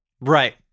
Right